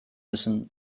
müssen